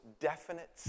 definite